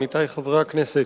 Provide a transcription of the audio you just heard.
עמיתי חברי הכנסת,